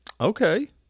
Okay